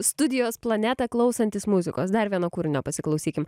studijos planetą klausantis muzikos dar vieno kūrinio pasiklausykim